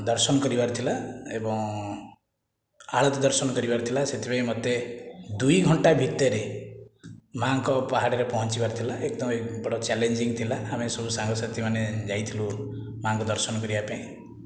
ଦର୍ଶନ କରିବାର ଥିଲା ଏବଂ ଆଳତୀ ଦର୍ଶନ କରିବାର ଥିଲା ସେଥିପାଇଁ ମୋତେ ଦୁଇ ଘଣ୍ଟା ଭିତରେ ମାଆଙ୍କ ପାହାଡ଼ରେ ପହଞ୍ଚିବାର ଥିଲା ଏକ ତ ଏଇ ବଡ଼ ଚ୍ୟାଲେଞ୍ଜିଂ ଥିଲା ଆମେ ସବୁ ସାଙ୍ଗସାଥିମାନେ ଯାଇଥିଲୁ ମାଆଙ୍କ ଦର୍ଶନ କରିବା ପାଇଁ